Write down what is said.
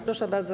Proszę bardzo.